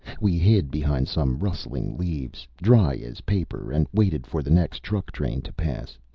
we hid behind some rustling leaves, dry as paper, and waited for the next truck train to pass.